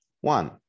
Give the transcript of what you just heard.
one